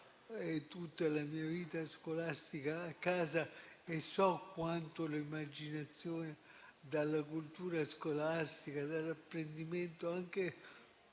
tutta la mia vita scolastica a casa e so cosa vuol dire l'emarginazione dalla cultura scolastica, dall'apprendimento e anche